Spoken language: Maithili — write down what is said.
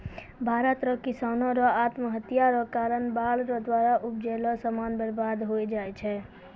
भारत रो किसानो रो आत्महत्या रो कारण बाढ़ रो द्वारा उपजैलो समान बर्बाद होय जाय छै